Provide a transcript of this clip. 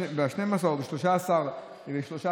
ב-12 או ב-13 בחודש,